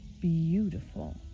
beautiful